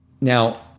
now